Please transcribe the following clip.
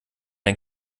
ein